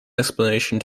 explanation